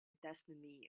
destiny